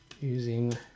using